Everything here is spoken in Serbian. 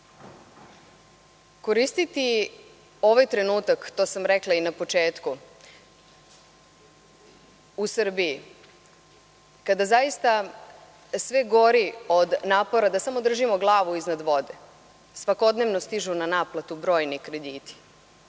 Koristiti ovaj trenutak, to sam rekla i na početku, u Srbiji, kada zaista gori od napora da samo držimo glavu iznad vode. Svakodnevno stižu na naplatu brojni krediti,